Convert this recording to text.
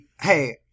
hey